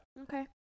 Okay